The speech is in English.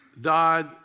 died